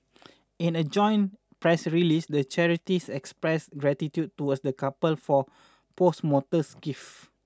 in a joint press release the charities expressed gratitude towards the couple for posthumous gift